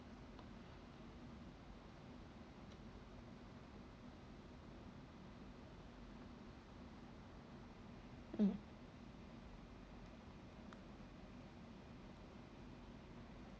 mm